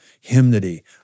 hymnody